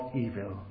evil